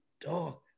Dog